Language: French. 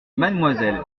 mademoiselle